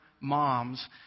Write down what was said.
mom's